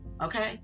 okay